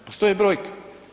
Postoje brojke.